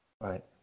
Right